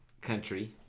country